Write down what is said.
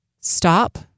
stop